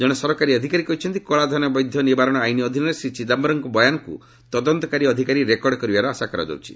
ଜଣେ ସରକାରୀ ଅଧିକାରୀ କହିଛନ୍ତି କଳାଧନ ବୈଧ ନିବାରଣ ଆଇନ୍ ଅଧୀନରେ ଶ୍ରୀ ଚିଦାୟରମ୍ଙ୍କ ବୟାନକୁ ତଦନ୍ତକାରୀ ଅଧିକାରୀ ରେକର୍ଡ କରିବାର ଆଶା କରାଯାଉଛି